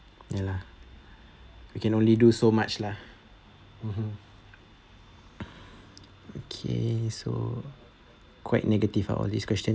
ya lah we can only do so much lah mmhmm okay so quite negative ah all these question